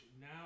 now